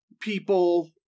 people